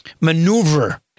maneuver